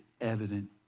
evident